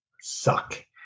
suck